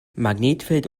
magnetfeld